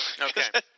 Okay